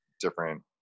different